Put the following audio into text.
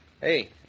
Hey